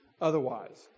otherwise